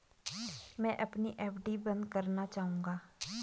मैं अपनी एफ.डी बंद करना चाहूंगा